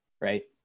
Right